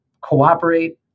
cooperate